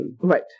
Right